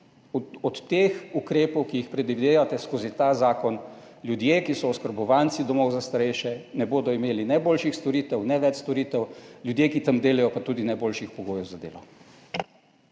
od teh ukrepov, ki jih predvidevate skozi ta zakon, ljudje, ki so oskrbovanci domov za starejše, ne bodo imeli ne boljših storitev, ne več storitev, ljudje, ki tam delajo, pa tudi ne boljših pogojev za delo.